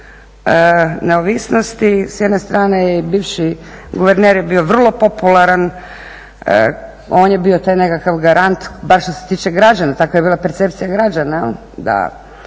neovisnosti s jedne strane je i bivši guverner je bio vrlo popularan. On je bio taj nekakav garant bar što se tiče građana takva je bila percepcija građana da